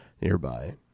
nearby